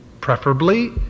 preferably